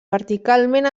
verticalment